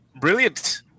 Brilliant